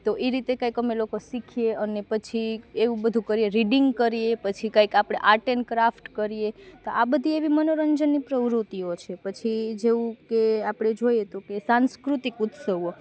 તો એ રીતે કંઇક અમે લોકો શીખીએ અને પછી એવું બધું કરીએ રીડિંગ કરીએ પછી કંઇક આપણે આર્ટ એન્ડ ક્રાફ્ટ કરીએ તો આ બધી એવી મનોરંજનની પ્રવૃત્તિઓ છે પછી જેવું કે આપણે જોઈએ તો કે સાંસ્કૃતિક ઉત્સવો